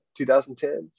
2010